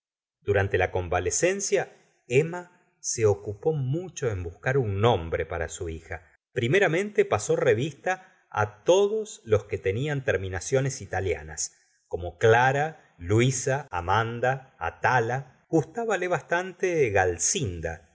durante la convalecencia emma se ocupó mucho en buscar un nombre para su hija primeramente pasó revista todos los que tenían terminaciones italianas como clara luisa amanda atala gustbale bastante